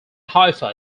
haifa